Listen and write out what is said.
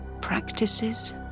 practices